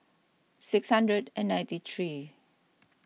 six hundred ninety three